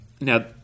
Now